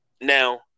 Now